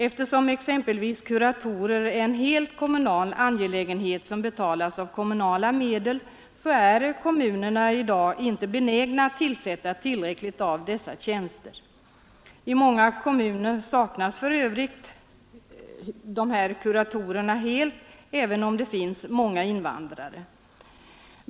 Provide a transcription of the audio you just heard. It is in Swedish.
Eftersom exempelvis kuratorer är en helt kommunal angelägenhet som betalas av kommunala medel är kommunerna i dag inte benägna att tillsätta tillräckligt många sådana tjänster. I många kommuner saknas för övrigt dessa kuratorer helt, även om det där finns många invandrare.